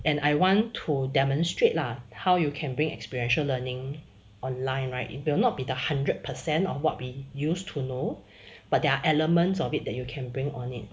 and I want to demonstrate lah how you can bring experiential learning online right it will not be the hundred percent of what we used to know but there are elements of it that you can bring on it